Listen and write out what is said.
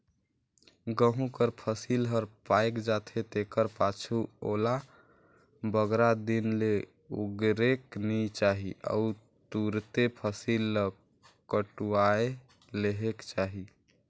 गहूँ कर फसिल हर पाएक जाथे तेकर पाछू ओला बगरा दिन ले अगुरेक नी चाही अउ तुरते फसिल ल कटुवाए लेहेक चाही